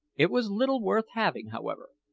it was little worth having, however.